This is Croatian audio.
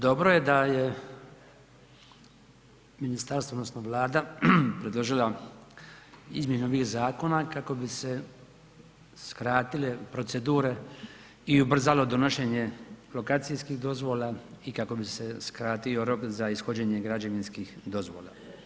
Dobro je da je ministarstvo odnosno Vlada predložila izmjenu ovih zakona kako bi se skratile procedure i ubrzalo donošenje lokacijskih dozvola i kako bi se skratio rok za ishođenje građevinskih dozvola.